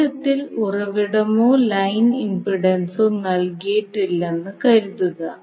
ചോദ്യത്തിൽ ഉറവിടമോ ലൈൻ ഇംപെഡൻസോ നൽകിയിട്ടില്ലെന്ന് കരുതുക